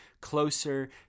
closer